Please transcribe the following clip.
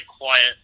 quiet